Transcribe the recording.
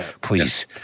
please